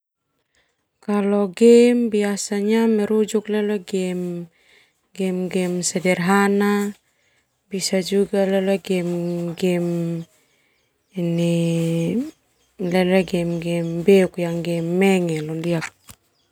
Kalau game biasanya merujuk leo game-game sederhana bisa juga leo game-game ini beuk leo game menge.